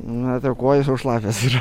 na per kojas jau šlapias yra